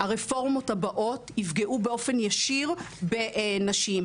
הרפורמות הבאות יפגעו באופן ישיר בנשים,